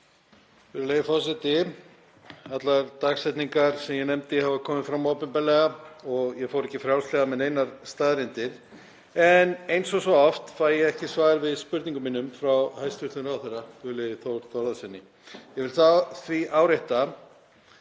Virðulegi forseti. Allar dagsetningar sem ég nefndi hafa komið fram opinberlega og ég fór ekki frjálslega með neinar staðreyndir en eins og svo oft fæ ég ekki svar við spurningum mínum frá hæstv. ráðherra, Guðlaugi Þór Þórðarsyni. Ég vil því árétta,